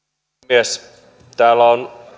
arvoisa puhemies täällä on